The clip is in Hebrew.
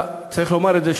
צריך לומר את זה,